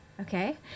okay